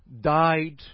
died